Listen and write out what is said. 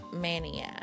mania